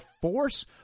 force